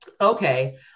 Okay